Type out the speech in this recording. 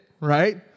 Right